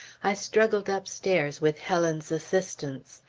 i struggled upstairs with helen's assistance.